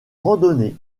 randonnée